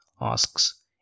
asks